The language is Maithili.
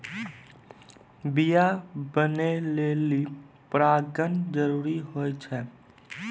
बीया बनै लेलि परागण जरूरी होय छै